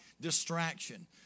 distraction